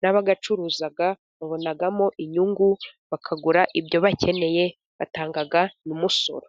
n'abayacuruza babonamo inyungu bakagura ibyo bakeneye, batangamo n'umusoro.